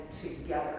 together